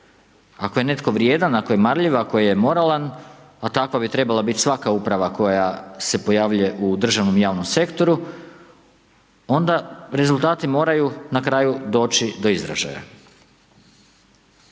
Ako je netko vrijedan, ako je marljiv, ako je moralan, a takva bi trebala biti svaka uprava koja se pojavljuje u državnom i javnom sektoru, onda rezultati moraju na kraju doći do izražaja.